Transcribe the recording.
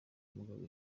umugabo